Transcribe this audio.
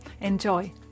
Enjoy